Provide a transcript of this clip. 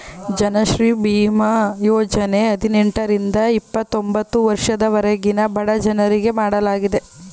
ಜನಶ್ರೀ ಬೀಮಾ ಯೋಜನೆ ಹದಿನೆಂಟರಿಂದ ಐವತೊಂಬತ್ತು ವರ್ಷದವರೆಗಿನ ಬಡಜನರಿಗೆ ಮಾಡಲಾಗಿದೆ